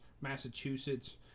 Massachusetts